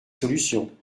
solutions